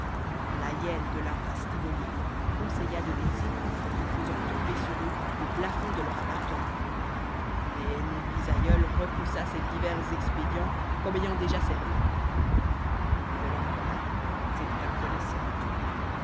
la hyène de l'impasse tivoli conseilla de les étouffer en faisant tomber sur eux le plafond de leur appartement mais mon bisaïeul repoussa ces divers expédients comme ayant déjà servi il